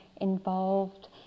involved